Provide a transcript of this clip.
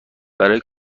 برای